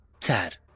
Sad